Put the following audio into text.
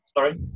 Sorry